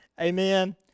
amen